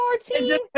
team